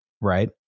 right